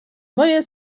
moje